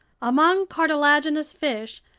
among cartilaginous fish,